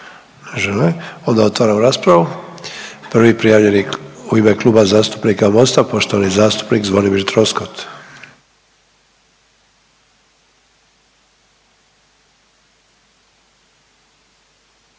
Ne žele. Onda otvaram raspravu. Prvi prijavljeni u ime Kluba zastupnika MOST-a poštovani zastupnik Zvonimir Troskot.